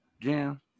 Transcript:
Jam